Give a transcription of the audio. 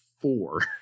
four